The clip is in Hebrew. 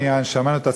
שמית, בשורה טובה.